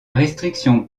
restrictions